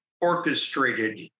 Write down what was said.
orchestrated